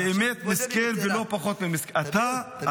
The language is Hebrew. באמת מסכן ולא פחות ממסכן.